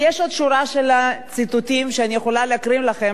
ויש עוד שורה של ציטוטים שאני יכולה להקריא לכם,